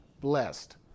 blessed